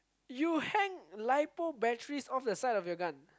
you hang Lipo batteries off the side of your gun